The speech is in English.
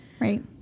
Right